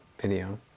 video